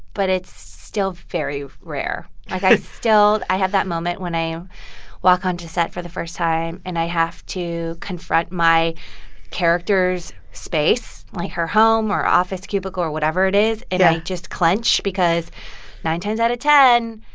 but it's still very rare. like, i still i have that moment when i walk onto set for the first time, and i have to confront my character's space like, her home or office, cubicle or whatever it is. and i just clench because nine times out of ten,